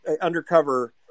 undercover